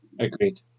Agreed